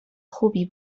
خوبی